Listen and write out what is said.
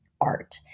art